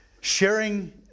Sharing